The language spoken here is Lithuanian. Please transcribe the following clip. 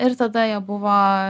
ir tada jie buvo